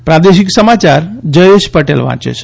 પ્રાદેશિક સમાયાર જયેશ પટેલ વાંચે છે